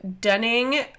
Dunning